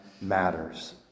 matters